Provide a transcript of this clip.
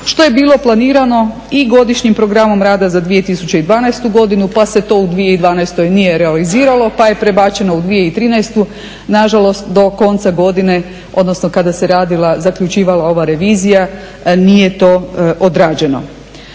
što je bilo planirano i godišnjim programom rada za 2012. godinu pa se to u 2012. nije realiziralo pa je prebačeno u 2013., nažalost do konca godine, odnosno kada se radila, zaključivala ova revizija nije to odrađeno.